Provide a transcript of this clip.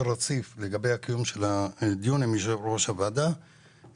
רציף לגבי קיום הדיון עם יושב ראש ועדת הכספים